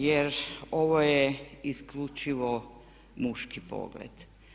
Jer ovo je isključivo muški pogled.